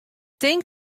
tink